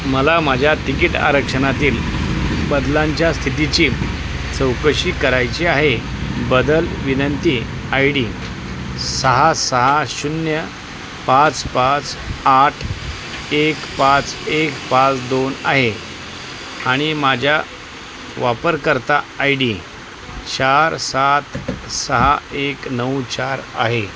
मला माझ्या तिकीट आरक्षणातील बदलांच्या स्थितीची चौकशी करायची आहे बदल विनंती आय डी सहा सहा शून्य पाच पाच आठ एक पाच एक पाच दोन आहे आणि माझ्या वापरकर्ता आय डी चार सात सहा एक नऊ चार आहे